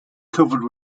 covered